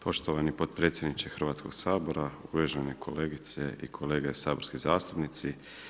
Poštovani potpredsjedniče Hrvatskoga sabora, uvažene kolegice i kolege saborski zastupnici.